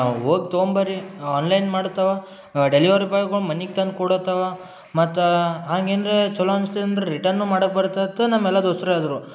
ಹೋಗ್ ತೊಗೊಂಬರ್ರಿ ಆನ್ಲೈನ್ ಮಾಡುತ್ತಾವ ಡೆಲಿವರಿ ಬಾಯ್ಗಳು ಮನೆಗ್ ತಂದು ಕೊಡುತ್ತಾವ ಮತ್ತು ಹಂಗೆ ಏನ್ರ ಚೊಲೋ ಅನ್ಸ್ತಿಲ್ಲಂದ್ರೆ ರಿಟನ್ನು ಮಾಡಕ್ಕೆ ಬರ್ತಿತ್ತು ನಮ್ಮ ಎಲ್ಲ ದೋಸ್ತ್ರು ಹೇಳಿದ್ರು